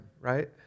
right